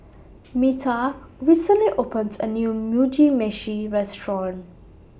Metha recently opened A New Mugi Meshi Restaurant